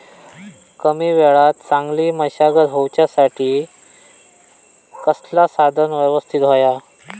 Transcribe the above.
कमी वेळात चांगली मशागत होऊच्यासाठी कसला साधन यवस्तित होया?